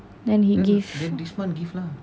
then he give